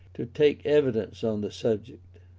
to take evidence on the subject.